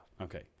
Okay